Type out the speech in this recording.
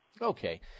Okay